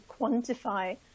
quantify